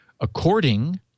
according